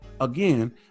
Again